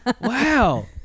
Wow